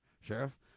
sheriff